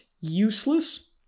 useless